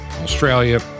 Australia